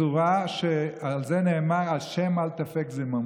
הוא באמת מתכוון לבצע את המזימה בצורה שעל זה נאמר: השם אל תפק זממו.